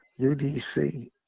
UDC